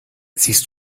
siehst